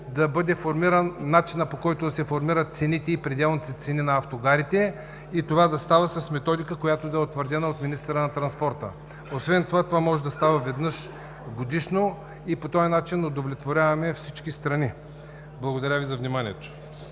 да бъде формиран начинът, по който да се формират цените и пределните цени на автогарите, и това да става с методика, която да е утвърдена от министъра на транспорта. Това може да става веднъж годишно и по този начин удовлетворяваме всички страни. Благодаря Ви за вниманието.